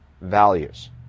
Values